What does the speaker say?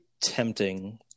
tempting